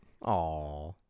Aw